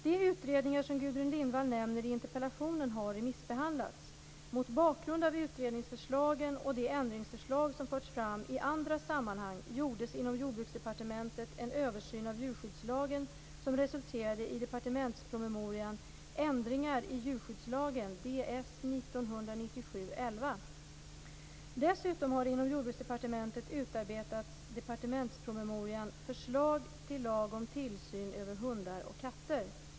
De utredningar som Gudrun Lindvall nämner i interpellationen har remissbehandlats. Mot bakgrund av utredningsförslagen och de ändringsförslag som förts fram i andra sammanhang gjordes inom Jordbruksdepartementet en översyn av djurskyddslagen som resulterade i departementspromemorian Ändringar i djurskyddslagen . Dessutom har inom Jordbruksdepartementet utarbetats departementspromemorian Förslag till lag om tillsyn över hundar och katter .